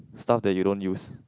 stuff that you don't use